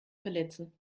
verletzen